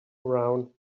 around